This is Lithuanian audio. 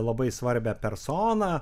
labai svarbią personą